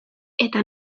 eta